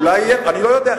אולי יהיה, אני לא יודע.